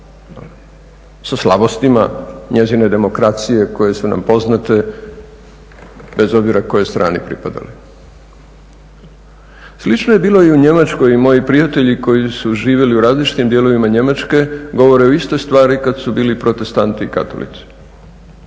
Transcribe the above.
sa slabostima njezine demokracije koje su nam poznate bez obzira kojoj strani pripadali. Slično je bilo i u Njemačkoj i moji prijatelji koji su živjeli u različitim dijelovima Njemačke govore o istoj stvari kada su bili protestanti i katolici.